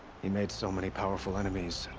he made so many powerful enemies.